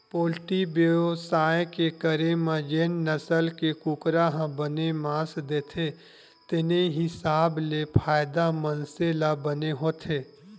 poultry बेवसाय के करे म जेन नसल के कुकरा ह बने मांस देथे तेने हिसाब ले फायदा मनसे ल बने होथे